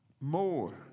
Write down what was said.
More